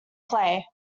clay